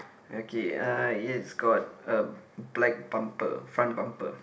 okay uh it's got a black bumper front bumper